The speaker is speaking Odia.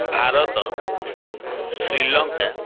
ଭାରତ ଶ୍ରୀଲଙ୍କା